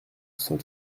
cent